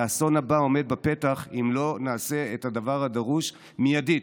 האסון הבא עומד בפתח אם לא נעשה את הדבר הדרוש מיידית,